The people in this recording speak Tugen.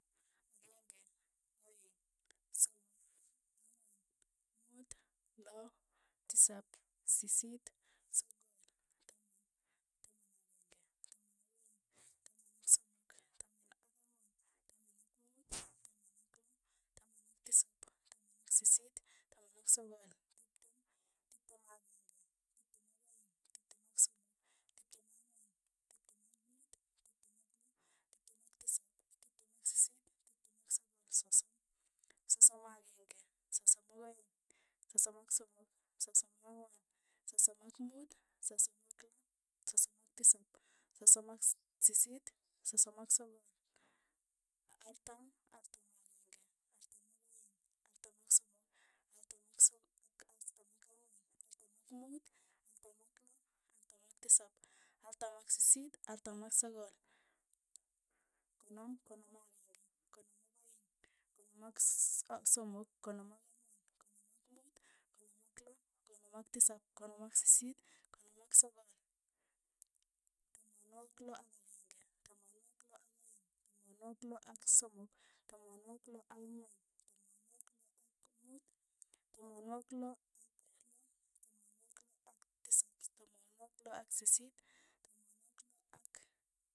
Akeng'e, aeng', somok, ang'wan, muut, loo, tisap, sisiit, sogol, taman, taman akenge, taman ak' aeng, taman ak somok, taman ak ang'wan, taman ak muut, taman ak loo, taman ak tisap, taman ak sisiit, taman ak sogol, tiptem, tiptem ak aeng'e, tiptem ak aeng', tiptem ak somok, tiptem ak ang'wan, tiptem ak muut, tiptem ak loo, tiptem ak tisap, tiptem ak sisiit, tiptem ak sogol, sosom, sosom akenge, sosom ak aeng', sosom ak somok. sosom ak ang'wan, sosom ak muut, sosom ak loo, sosom ak tisap, sosom ak sisiit, sosom ak sogol, artam, artam akeng'e, artam ak aeng', artam ak somok, artam ak ang'wan, artam ak muut, artam ak loo, artam ak tisap, artam ak sisiit, artam ak sogol. konom, konom akeng'e, konom ak aeng', konom ak somok, konom ak ang'wan. konom ak muut, konom ak loo, konom ak tisap, konom ak sisiit, konom ak sogol, tamanwogik loo, tamanwogik loo ak akeng'e, tamanwogik loo ak aeng', tamanwogik loo ak somok, tamanwogik loo ak ang'wan, tamanwogik loo ak muut, tamanwogik loo ak tisap, tamanwogik loo ak sisiit, tamanwogik loo ak.